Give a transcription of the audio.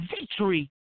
Victory